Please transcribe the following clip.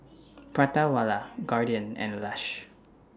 Prata Wala Guardian and Lush